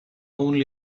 only